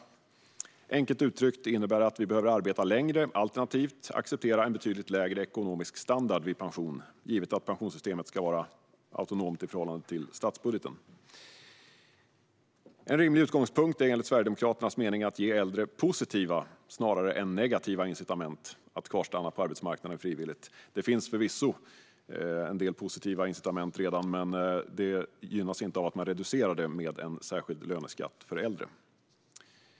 Enkelt uttryckt innebär det att vi behöver arbeta längre alternativt acceptera en betydligt lägre ekonomisk standard vid pension, givet att pensionssystemet ska vara autonomt i förhållande till statsbudgeten. En rimlig utgångspunkt är enligt Sverigedemokraternas mening att ge äldre positiva snarare än negativa incitament att kvarstanna på arbetsmarknaden frivilligt. Det finns förvisso en del positiva incitament redan, men de gynnas inte av att man reducerar dem med en särskild löneskatt för äldre.